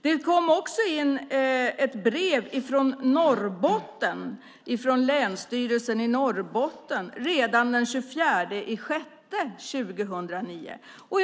Det kom även in ett brev från Länsstyrelsen i Norrbotten redan den 24 juni 2009.